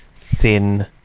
thin